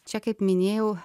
čia kaip minėjau